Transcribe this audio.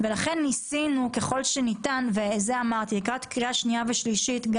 נבחן את זה לקראת קריאה שנייה ושלישית.